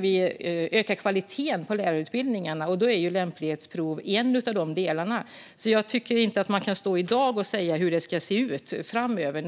vi ökar kvaliteten på lärarutbildningarna. Lämplighetsprov är då en del i detta. Jag tycker inte att man i dag kan säga hur det ska se ut framöver.